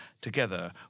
together